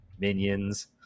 Minions